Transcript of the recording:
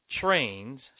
trains